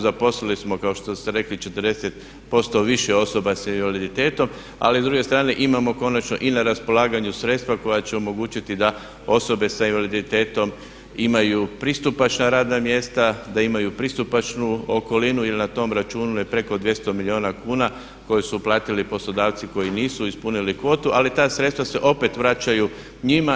Zaposlili smo kao što ste rekli 40% više osoba sa invaliditetom ali s druge strane imamo konačno i na raspolaganju sredstva koja će omogućiti da osobe sa invaliditetom imaju pristupačna radna mjesta, da imaju pristupačnu okolinu jer na tom računu je preko 200 milijuna kuna koje su uplatili poslodavci koji nisu ispunili kvotu, ali ta sredstva se opet vraćaju njima.